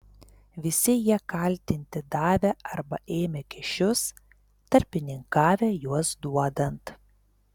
visi jie kaltinti davę arba ėmę kyšius tarpininkavę juos duodant